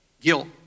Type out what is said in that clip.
guilt